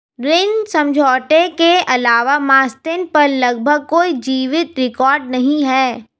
ऋण समझौते के अलावा मास्टेन पर लगभग कोई जीवित रिकॉर्ड नहीं है